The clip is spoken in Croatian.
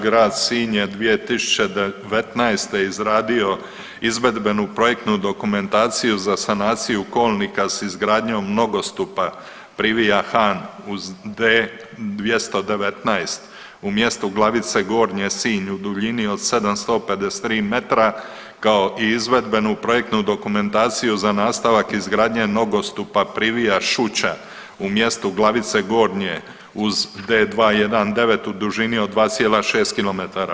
Grad Sinj je 2019. izradio izvedbenu projektnu dokumentaciju za sanaciju kolnika sa izgradnjom nogostupa privija … 219. u mjestu Glavice Gornje – Sinj u duljini od 753 metra kao i izvedbenu projektnu dokumentaciju za nastavak izgradnje nogostupa Privija - Šuća u mjestu Glavice Gornje uz D219 u dužini od 2,6 km.